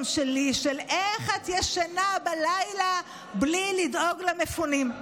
שלי: איך את ישנה בלילה בלי לדאוג למפונים?